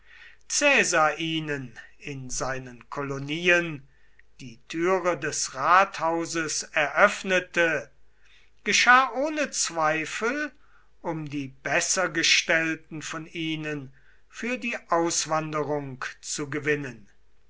ihnen in seinen kolonien die türe des rathauses eröffnete geschah ohne zweifel um die besser gestellten von ihnen für die auswanderung zu gewinnen